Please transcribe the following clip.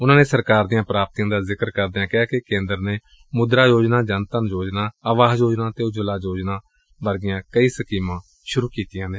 ਉਨਾਂ ਨੇ ਸਰਕਾਰ ਦੀਆਂ ਪ੍ਰਾਪਤੀਆਂ ਦਾ ਜ਼ਿਕਰ ਕਰਦਿਆਂ ਕਿਹਾ ਕਿ ਕੇਂਦਰ ਨੇ ਮੁਦਰਾ ਯੋਜਨਾ ਜਨ ਧਨ ਯੋਜਨਾ ਆਵਾਸ ਯੋਜਨਾ ਅਤੇ ਉਜਵਲਾ ਯੋਜਨਾ ਸੁਰੂ ਕੀਤੀਆ ਨੇ